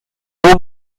gran